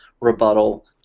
rebuttal